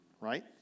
right